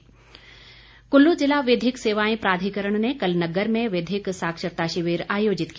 विधिक शिविर कुल्लू जिला विधिक सेवाएं प्राधिकरण ने कल नग्गर में विधिक साक्षरता शिविर आयोजित किया